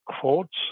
quotes